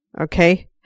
okay